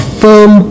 firm